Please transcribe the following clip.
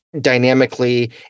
dynamically